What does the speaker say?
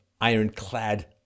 ironclad